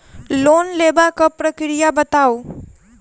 Loan लेबाक प्रक्रिया बताऊ?